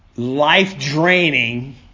Life-draining